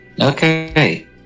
Okay